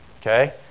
Okay